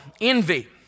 envy